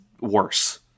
worse